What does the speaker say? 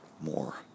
more